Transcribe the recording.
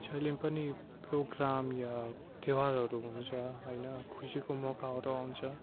जैलेम पनि प्रोग्राम या त्यौहारहरू हुन्छ होइन खुसीको मौकाहरू आउँछ